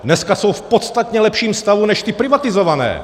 Dneska jsou v podstatně lepším stavu než ty privatizované!